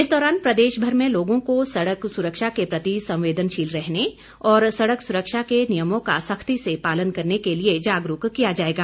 इस दौरान प्रदेश भर में लोगों को सड़क सुरक्षा के प्रति संवेदनशील रहने और सड़क सुरक्षा के नियमों का सख्ती से पालन करने के लिए जागरूक किया जाएगा